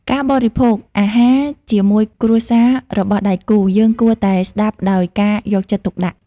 ការបរិភោគអាហរជាមួយគ្រួសាររបស់ដៃគូ យើងគួរតែស្ដាប់ដោយការយកចិត្តទុកដាក់។